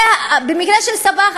במקרה של סבאח,